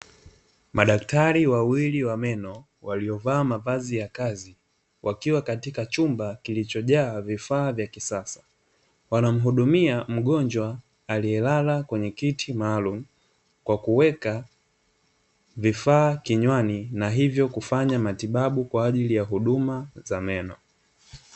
Madaktari wawili wa meno waliovaa mavazi ya kazi wakiwa katika chumba kilichojaa vifaa vya kisasa, wanamhudumia mgonjwa aliyelala kwenye kiti maalumu kwa kuweka vifaa kinywani na hivyo kufanya matibabu kwa ajili ya huduma za meno.